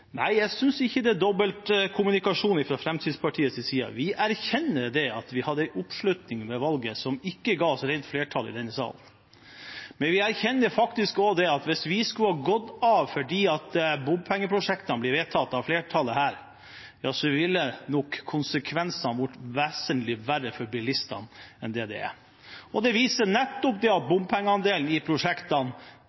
Nei, jeg synes ikke det er dobbeltkommunikasjon fra Fremskrittspartiets side. Vi erkjenner at vi hadde en oppslutning ved valget som ikke ville gi oss rent flertall i denne salen, men vi erkjenner faktisk også at hvis vi skulle ha gått av fordi bompengeprosjektene blir vedtatt av flertallet her, ville nok konsekvensene ha blitt vesentlig verre for bilistene enn de er. Det vises nettopp ved at bompengeandelen i prosjektene blir redusert, og da vet vi fasiten på hvordan det